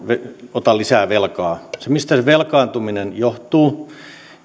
ota lisää velkaa mistä velkaantuminen johtuu